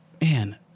Man